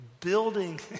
building